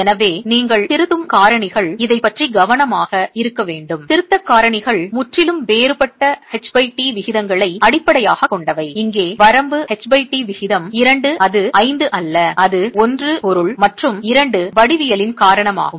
எனவே நீங்கள் திருத்தும் காரணிகள் இதைப் பற்றி கவனமாக இருக்க வேண்டும் திருத்தக் காரணிகள் முற்றிலும் வேறுபட்ட ht விகிதங்களை அடிப்படையாகக் கொண்டவை இங்கே வரம்பு ht விகிதம் 2 அது 5 அல்ல அது பொருள் மற்றும் வடிவியலின் காரணமாகும்